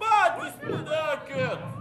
patys nudėkit